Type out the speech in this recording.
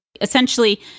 Essentially